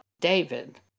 David